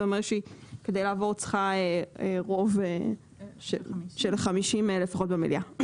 זה אומר שכדי לעבור היא צריכה רוב של 50 לפחות במליאה.